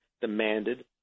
demanded